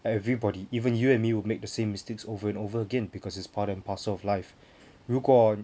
everybody even you and me would make the same mistakes over and over again because it's part and parcel of life 如果